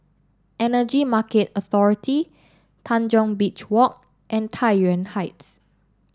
Energy Market Authority Tanjong Beach Walk and Tai Yuan Heights